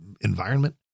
environment